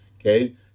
okay